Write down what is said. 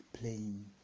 playing